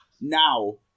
now